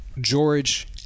George